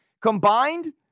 Combined